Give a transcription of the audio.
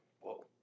whoa